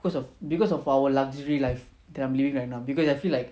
because of because of our luxury life that I'm living right now because I feel like